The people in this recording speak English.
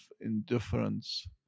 indifference